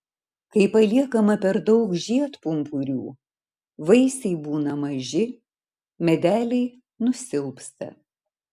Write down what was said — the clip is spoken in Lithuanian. kai paliekama per daug žiedpumpurių vaisiai būna maži medeliai nusilpsta